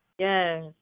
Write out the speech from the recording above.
Yes